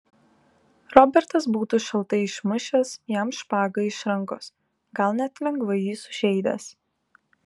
robertas būtų šaltai išmušęs jam špagą iš rankos gal net lengvai jį sužeidęs